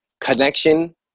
connection